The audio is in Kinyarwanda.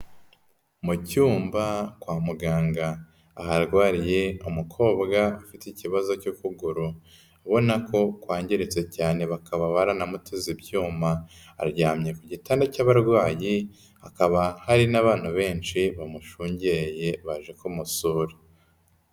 Mu cyumba kwa muganga, aharwariye umukobwa ufite ikibazo cy'ukuguru ubona ko kwangiritse cyane bakaba baranamuteze ibyuma, aryamye ku gitanda cy'abarwayi, hakaba hari n'abantu benshi bamushungeye baje kumusura.